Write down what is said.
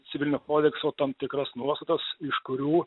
civilinio kodekso tam tikras nuostatas iš kurių